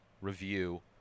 review